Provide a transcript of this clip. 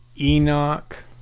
Enoch